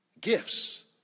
gifts